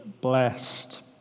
blessed